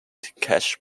cash